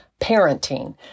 parenting